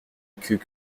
queue